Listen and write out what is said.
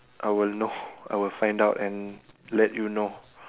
I will know I will find out and let you know